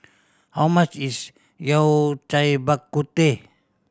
how much is Yao Cai Bak Kut Teh